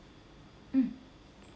mm